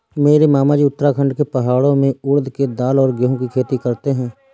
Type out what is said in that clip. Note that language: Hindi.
मेरे मामाजी उत्तराखंड के पहाड़ों में उड़द के दाल और गेहूं की खेती करते हैं